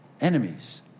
Enemies